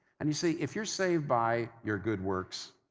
and you see, if you're saved by your good works,